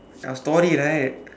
story right